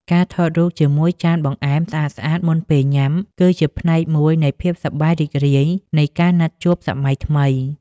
ការថតរូបជាមួយចានបង្អែមស្អាតៗមុនពេលញ៉ាំ គឺជាផ្នែកមួយនៃភាពសប្បាយរីករាយនៃការណាត់ជួបសម័យថ្មី។